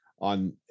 on